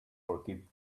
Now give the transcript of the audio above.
forgive